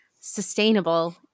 sustainable